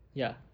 ya